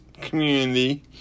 community